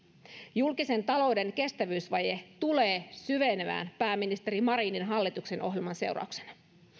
julkisen talouden kestävyysvaje tulee syvenemään pääministeri marinin hallituksen ohjelman seurauksena